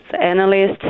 analysts